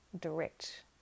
direct